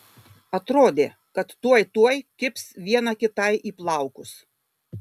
atrodė kad tuoj tuoj kibs viena kitai į plaukus